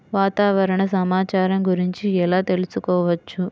వాతావరణ సమాచారం గురించి ఎలా తెలుసుకోవచ్చు?